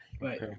Right